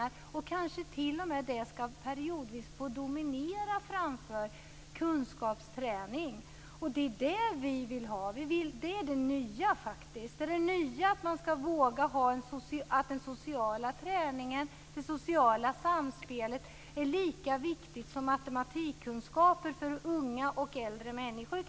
Sådant kanske t.o.m. periodvis skall få dominera framför kunskapsträning. Det är det vi vill ha. Det är det nya. Det nya är att den sociala träningen och det sociala samspelet är lika viktigt som matematikkunskaper för unga och äldre människor.